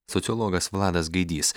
sociologas vladas gaidys